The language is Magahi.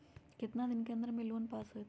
कितना दिन के अन्दर में लोन पास होत?